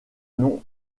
nom